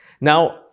Now